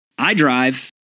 iDrive